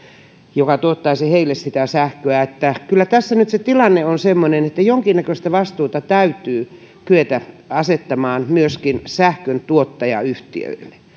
joka tuottaisi heille sitä sähköä kyllä tässä nyt se tilanne on semmoinen että jonkin näköistä vastuuta täytyy kyetä asettamaan myöskin sähköntuottajayhtiöille